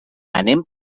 anem